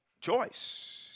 choice